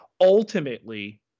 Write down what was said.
ultimately